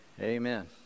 Amen